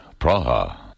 Praha